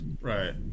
Right